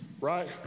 right